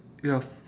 yes